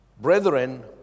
Brethren